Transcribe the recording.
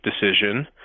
decision